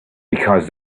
because